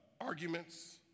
arguments